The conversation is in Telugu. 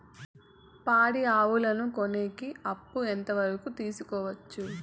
పాడి ఆవులని కొనేకి అప్పు ఎంత వరకు తీసుకోవచ్చు?